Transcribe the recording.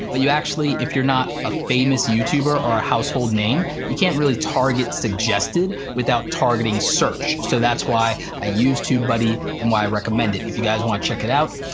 but you actually if you're not a famous youtuber or a household name, you can't really target suggested without targeting search, so that's why i use tubebuddy and why i recommend it. if you guys wanna check it out,